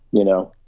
you know?